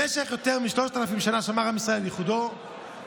במשך יותר משלושת אלפים שנה שמר עם ישראל על ייחודו והגדרתו.